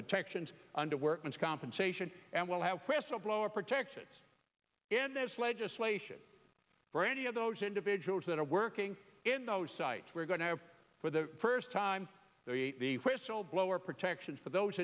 protections under workman's compensation and will have crystal blower protection in this legislation for any of those individuals that are working in those sites we're going to have for the first time the whistle blower protection for those